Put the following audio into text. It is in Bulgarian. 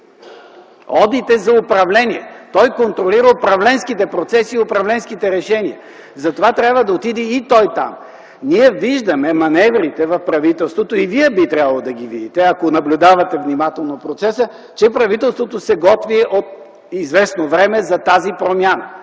одит за управление. Той контролира управленските процеси и решения, затова и той трябва да отиде там. Ние виждаме маневри в правителството и Вие би трябвало да ги виждате, ако наблюдавате внимателно процеса – че правителството от известно време се готви за тази промяна.